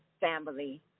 family